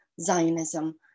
Zionism